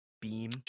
beam